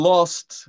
Lost